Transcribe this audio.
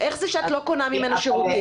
איך זה שאת לא קונה ממנו שירותים?